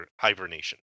Hibernation